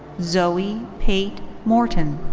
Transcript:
zoey pait morton.